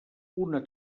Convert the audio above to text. una